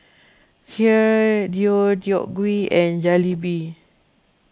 Kheer Deodeok Gui and Jalebi